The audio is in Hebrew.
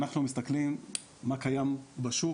אנחנו מסתכלים מה קיים בשוק,